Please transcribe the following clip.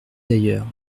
d’ailleurs